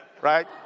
right